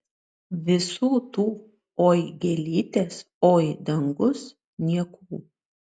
visų tų oi gėlytės oi dangus niekų